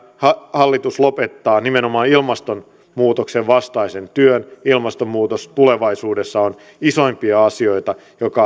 hallitus lopettaa nimenomaan ilmastonmuutoksen vastaisen työn ilmastonmuutos on tulevaisuudessa isoimpia asioita